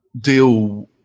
deal